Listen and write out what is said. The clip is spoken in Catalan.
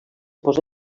posa